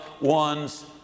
one's